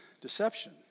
deception